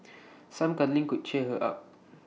some cuddling could cheer her up